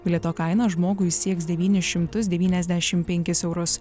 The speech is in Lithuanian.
bilieto kaina žmogui sieks devynis šimtus devyniasdešim penkis eurus